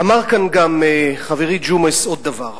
אמר כאן גם חברי ג'ומס עוד דבר: